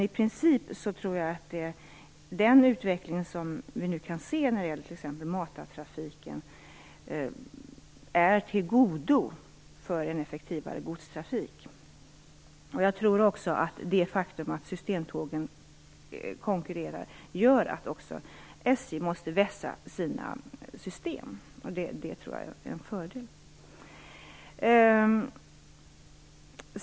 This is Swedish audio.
I princip tror jag att den utveckling som vi nu kan se t.ex. inom matartrafiken är av godo för en effektivare godstrafik. Jag tror också att det faktum att systemtågen konkurrerar gör att SJ måste vässa sina system. Jag tror att det är en fördel.